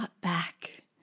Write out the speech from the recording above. back